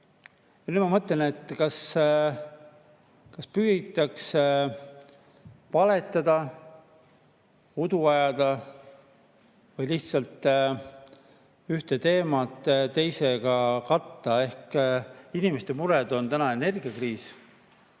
ma mõtlen, kas püütakse valetada, udu ajada või lihtsalt üht teemat teisega katta. Inimeste mure on täna energiakriis,